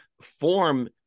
form